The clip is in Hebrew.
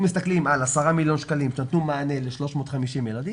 אם מסתכלים על 10 מיליון שקלים שנתנו מענה ל-350 ילדים,